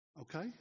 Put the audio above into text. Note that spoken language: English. Okay